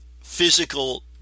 physical